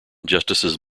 justices